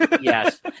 Yes